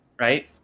right